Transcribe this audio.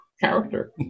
character